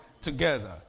together